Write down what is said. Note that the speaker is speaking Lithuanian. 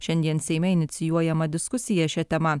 šiandien seime inicijuojama diskusija šia tema